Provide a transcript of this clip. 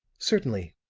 certainly,